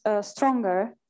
stronger